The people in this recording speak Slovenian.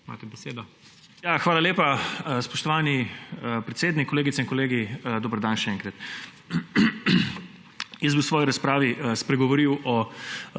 Hvala lepa, spoštovani predsednik. Kolegice in kolegi, dober dan še enkrat! Jaz bi v svoji razpravi spregovoril o